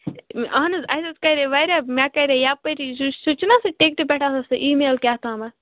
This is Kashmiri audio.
اَہَن حظ اَسہِ حظ کَرے واریاہ مےٚ کَرے یَپٲری سُہ چھُنا سُہ ٹِکٹہٕ پٮ۪ٹھ آسان سُہ ای میل کیٛاہتامَتھ